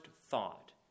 thought